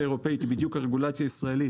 אירופאית היא בדיוק הרגולציה הישראלית,